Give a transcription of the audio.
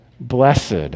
Blessed